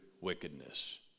wickedness